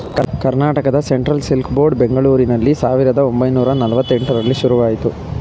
Karnataka central silk board ಬೆಂಗಳೂರಿನಲ್ಲಿ ಸಾವಿರದ ಒಂಬೈನೂರ ನಲ್ವಾತ್ತೆಂಟರಲ್ಲಿ ಶುರುವಾಯಿತು